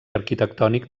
arquitectònic